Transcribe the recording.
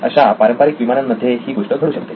अशा पारंपारिक विमानांमध्ये ही गोष्ट घडू शकते